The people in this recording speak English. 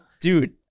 Dude